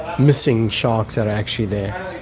missing sharks that are actually there.